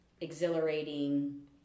exhilarating